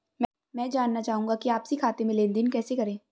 मैं जानना चाहूँगा कि आपसी खाते में लेनदेन कैसे करें?